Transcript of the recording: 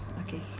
Okay